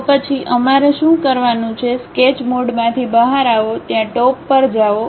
તો પછી અમારે શું કરવાનું છે સ્કેચ મોડમાંથી બહાર આવો ત્યાં ટોપ પર જાઓ